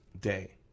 day